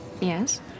Yes